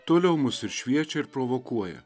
toliau mus ir šviečia ir provokuoja